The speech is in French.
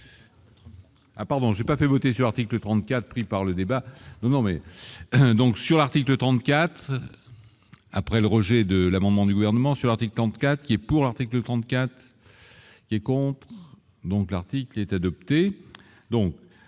Ah pardon, j'ai pas fait voter sur article 34 pris par le débat, non mais donc sur l'article 34 après le rejet de l'amendement du gouvernement sur Arte en cas qui est pour, article 34. Les compte donc l'article est adoptée